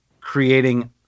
creating